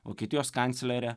vokietijos kanclerė